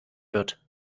wird